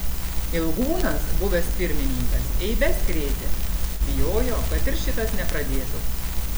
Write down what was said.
ilgūnas buvęs pirmininkas eibes krėtė bijojo kad ir šitas nepradėtų